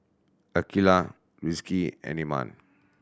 Aqeelah Rizqi and Iman